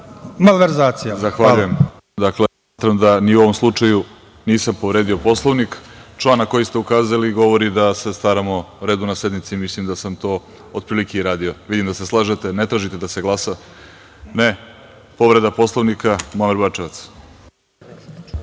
Tvrdišić** Zahvaljujem. Smatram da ni u ovom slučaju nisam povredio Poslovnik. Član na koji ste ukazali govori da se staramo o redu na sednici. Mislim da samo to otprilike i radio. Vidim da se slažete, ne tražite da se glasa? (Ne)Povreda Poslovnika, Muamer Bačevac.